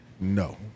No